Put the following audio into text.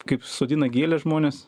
kaip sodina gėles žmonės